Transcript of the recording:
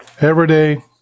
everyday